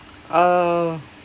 uh